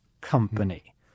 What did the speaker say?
Company